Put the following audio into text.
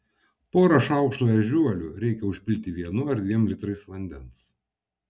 porą šaukštų ežiuolių reikia užpilti vienu ar dviem litrais vandens